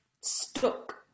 stuck